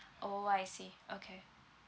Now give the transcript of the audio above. orh I see okay